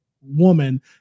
woman